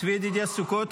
צבי ידידיה סוכות.